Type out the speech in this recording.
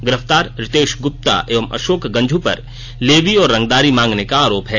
गिरफ्तार रितेश गुप्ता एवं अशोक गंझु पर लेवी और रंगदारी मांगने का आरोप है